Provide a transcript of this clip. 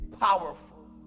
powerful